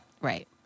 Right